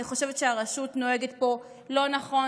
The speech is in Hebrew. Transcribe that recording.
אני חושבת שהרשות נוהגת פה לא נכון,